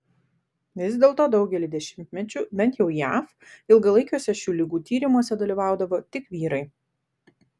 vis dėlto daugelį dešimtmečių bent jau jav ilgalaikiuose šių ligų tyrimuose dalyvaudavo tik vyrai